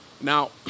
Now